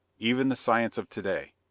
even the science of to-day.